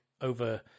over